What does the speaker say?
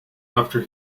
after